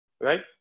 right